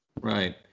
Right